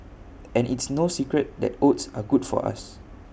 and it's no secret that oats are good for us